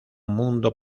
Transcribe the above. mundo